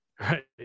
Right